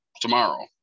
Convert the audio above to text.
tomorrow